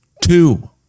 two